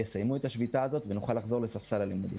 יסיימו את השביתה הזאת ונוכל לחזור לספסל הלימודים.